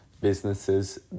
businesses